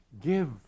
Give